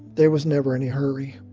there was never any hurry.